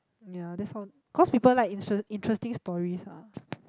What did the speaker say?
ya that's all cause people like interest~ interesting stories ah